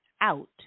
out